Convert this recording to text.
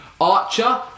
Archer